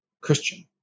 Christian